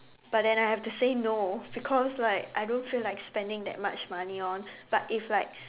but then I have to say no because like I don't feel like spending that much money on but if like